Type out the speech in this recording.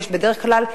בדרך כלל,